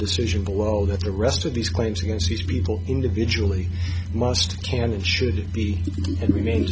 decision below that the rest of these claims against these people individually must can and should be and remain